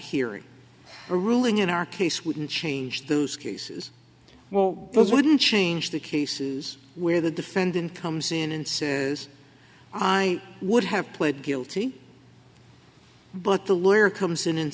hearing a ruling in our case wouldn't change those cases well those wouldn't change the cases where the defendant comes in and says i would have pled guilty but the lawyer comes in and